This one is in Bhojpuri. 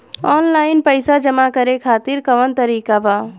आनलाइन पइसा जमा करे खातिर कवन तरीका बा?